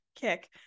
kick